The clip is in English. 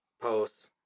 posts